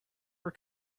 what